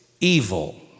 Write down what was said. evil